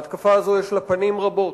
ההתקפה הזאת, יש לה פנים רבות.